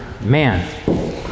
Man